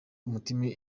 umutima